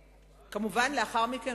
מובן שלאחר מכן,